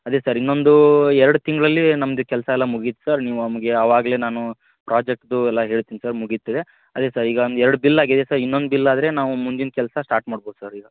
ಅದೆ ಸರ್ ಇನ್ನೊಂದು ಎರಡು ತಿಂಗಳಲ್ಲಿ ನಮ್ದು ಕೆಲಸ ಎಲ್ಲ ಮುಗಿತು ಸರ್ ನೀವು ನಮ್ಗೆ ಆವಾಗಲೆ ನಾನು ಪ್ರಾಜೆಕ್ಟ್ದು ಎಲ್ಲ ಹೇಳ್ತೀನಿ ಸರ್ ಮುಗಿತದೆ ಅದೆ ಸರ್ ಈಗ ಒಂದು ಎರಡು ಬಿಲ್ ಆಗಿದೆ ಸರ್ ಇನ್ನೊಂದು ಬಿಲ್ ಆದರೆ ನಾವು ಮುಂದಿನ ಕೆಲಸ ಸ್ಟಾರ್ಟ್ ಮಾಡ್ಬೋದು ಸರ್ ಈಗ